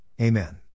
Amen